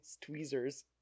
tweezers